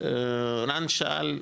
רן שאל,